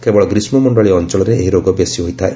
କେବଳ ଗ୍ରୀଷ୍ମମଣ୍ଡଳୀୟ ଅଞ୍ଚଳରେ ଏହି ରୋଗ ବେଶୀ ହୋଇଥାଏ